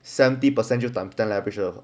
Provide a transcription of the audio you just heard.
seventy percent 就 time ten leverage